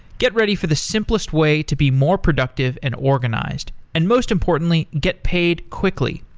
get ready for the simplest way to be more productive and organized. and most importantly, get paid quickly.